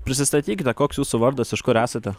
prisistatykite koks jūsų vardas iš kur esate